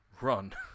run